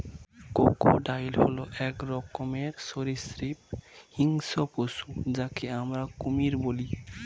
crocodile হল এক রকমের সরীসৃপ হিংস্র পশু যাকে আমরা কুমির বলি